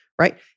right